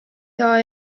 saa